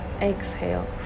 Exhale